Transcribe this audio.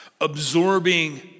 Absorbing